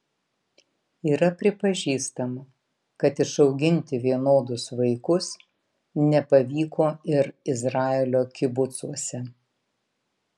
yra pripažįstama kad išauginti vienodus vaikus nepavyko ir izraelio kibucuose